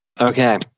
Okay